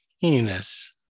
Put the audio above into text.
penis